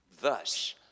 Thus